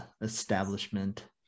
establishment